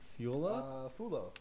Fula